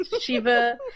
Shiva